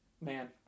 Man